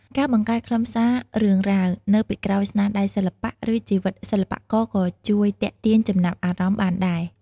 ការបង្កើតខ្លឹមសាររឿងរ៉ាវ នៅពីក្រោយស្នាដៃសិល្បៈ ឬជីវិតសិល្បករក៏ជួយទាក់ទាញចំណាប់អារម្មណ៍បានដែរ។